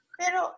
pero